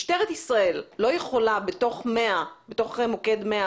האם משטרת ישראל לא יכולה לפתוח בתוך מוקד 100